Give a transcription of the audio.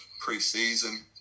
pre-season